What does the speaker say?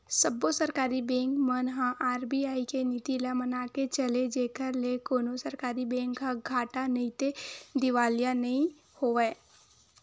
सब्बो सरकारी बेंक मन ह आर.बी.आई के नीति ल मनाके चले जेखर ले कोनो सरकारी बेंक ह घाटा नइते दिवालिया नइ होवय